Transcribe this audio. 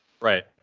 Right